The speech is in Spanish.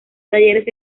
talleres